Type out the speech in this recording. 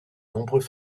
nombreux